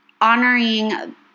honoring